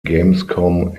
gamescom